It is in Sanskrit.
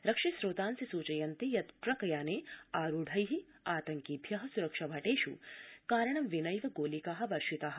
रक्षि घ्रोतांसि सूचयन्ति यत् ट्रक याने आरूढै आतंकिभ्य सुरक्षा भटेष् कारणविनैव गोलिका वर्षिता